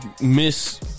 Miss